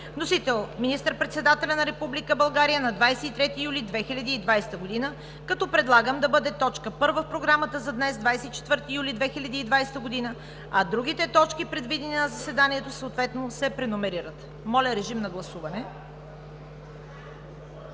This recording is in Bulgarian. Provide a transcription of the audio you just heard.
Вносител – министър-председателят на Република България на 23 юли 2020 г. Предлагам да бъде точка първа в Програмата за днес, 24 юли 2020 г., а другите точки, предвидени за заседанието, съответно се преномерират. Моля, режим на гласуване.